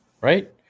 Right